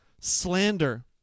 slander